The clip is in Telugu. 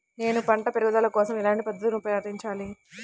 నేను పంట పెరుగుదల కోసం ఎలాంటి పద్దతులను పాటించాలి?